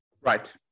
Right